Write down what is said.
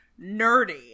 nerdy